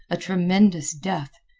a tremendous death.